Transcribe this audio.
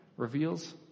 reveals